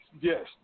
Yes